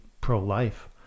pro-life